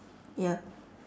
yup